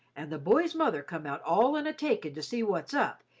and the boy's mother come out all in a taking to see what's up,